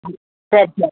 ம் சரி சார்